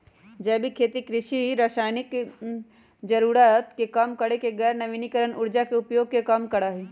जैविक कृषि, कृषि रासायनिक जरूरत के कम करके गैर नवीकरणीय ऊर्जा के उपयोग के कम करा हई